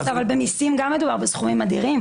אבל במיסים גם מדובר בסכומים אדירים